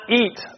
eat